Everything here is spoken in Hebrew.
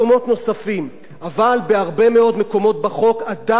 אבל בהרבה מאוד מקומות בחוק עדיין לא עשו זאת,